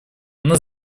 оно